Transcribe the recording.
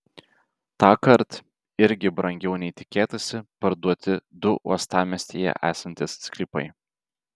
tąkart irgi brangiau nei tikėtasi parduoti du uostamiestyje esantys sklypai